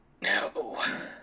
no